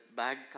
bag